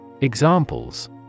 Examples